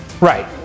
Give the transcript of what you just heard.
Right